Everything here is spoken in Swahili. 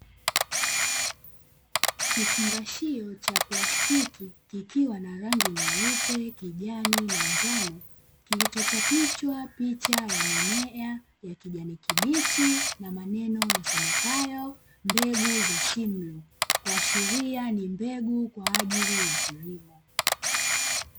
Kifungashio cha plastiki kikiwa na rangi nyeupe, kijani na njano; kilichochapishwa picha ya mimea ya kijani kibichi na maneno yasomekayo mbegu za "Simlaw", kuashiria ni mbegu kwa ajili ya kilimo.